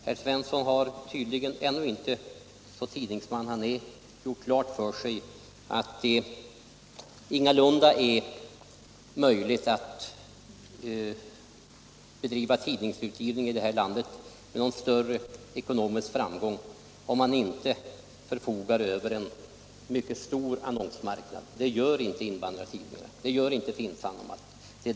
Herr Svensson har tydligen ännu inte, så tidningsman han är, gjort klart för sig att det ingalunda är möjligt att bedriva tidningsutgivning i detta land med någon större ekonomisk framgång, om man inte förfogar över en mycket stor annonsmarknad. Det gör inte invandrartidningarna. Det gör inte Finn Sanomat.